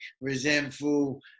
resentful